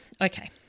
Okay